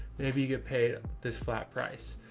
maybe you get paid this flat price.